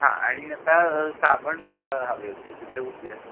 हां आणि आता साबण मला हवे होते कुठले कुठले आहेत